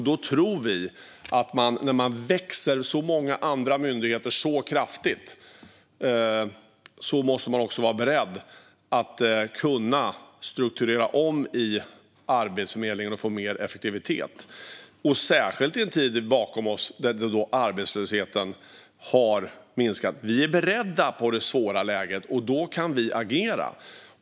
Vi tror att när många andra myndigheter växer kraftigt måste man också vara beredd att kunna strukturera om i Arbetsförmedlingen och få mer effektivitet, särskilt när vi har en tid bakom oss då arbetslösheten har minskat. Vi är beredda på det svåra läget, och då kan vi agera.